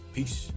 Peace